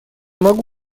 могу